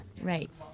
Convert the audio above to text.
Right